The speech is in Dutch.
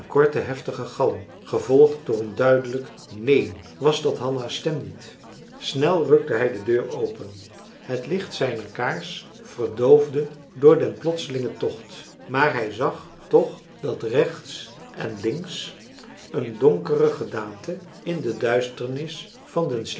korte heftige galm gevolgd door een duidelijk neen was dat hanna's stem niet snel rukte hij de deur open het licht zijner kaars marcellus emants een drietal novellen verdoofde door den plotselingen tocht maar hij zag toch dat rechts en links een donkere gedaante in de duisternis van den